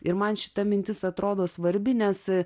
ir man šita mintis atrodo svarbi nes